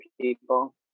people